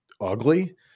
ugly